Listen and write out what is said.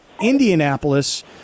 indianapolis